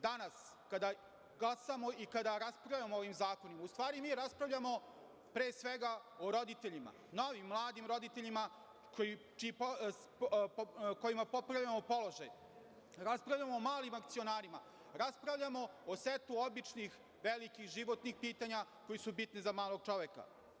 Danas kada glasamo i kada raspravljamo o ovim zakonima, u stvari mi raspravljamo pre svega o roditeljima, novim mladim roditeljima kojima popravljamo položaj, raspravljamo o malim akcionarima, raspravljamo o setu običnih velikih životnih pitanja koji su bitni za malog čoveka.